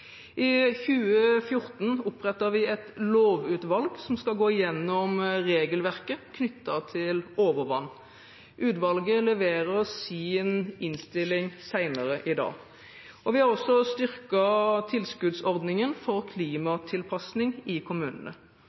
I 2014 oppretter vi et lovutvalg som skal gå gjennom regelverket knyttet til overvann. Utvalget leverer sin innstilling senere i dag. Vi har også styrket tilskuddsordningen for klimatilpasning i kommunene.